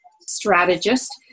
strategist